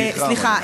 סליחה,